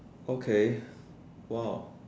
okay !wow!